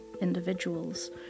individuals